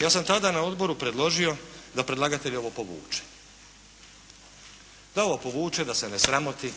Ja sam tada na Odboru predložio da predlagatelj ovo povuče, da ovo povuče, da se ne sramoti